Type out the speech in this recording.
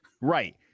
Right